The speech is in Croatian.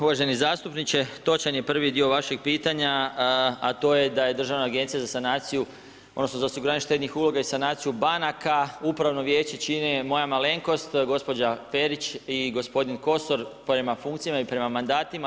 Uvaženi zastupniče, točan je prvi dio vašeg pitanja, a to je da je Državna agencija za sanaciju odnosno za osiguranje štednih uloga i sanaciju banaka, pravno vijeće čine moja malenkost, gospođa Perić i gospodin Kosor prema funkcijama i mandatima.